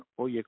Oye